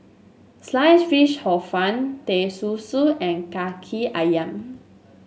Sliced Fish Hor Fun Teh Susu and kaki ayam